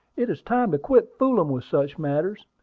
it is time to quit fooling with such matters.